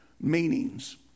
meanings